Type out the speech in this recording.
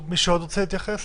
עוד מישהו רוצה להתייחס?